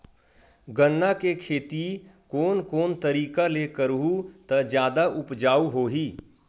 गन्ना के खेती कोन कोन तरीका ले करहु त जादा उपजाऊ होही?